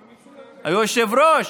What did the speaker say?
היושב-ראש,